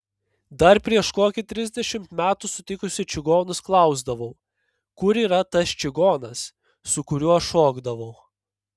dar prieš kokį trisdešimt metų sutikusi čigonus klausdavau kur yra tas čigonas su kuriuo šokdavau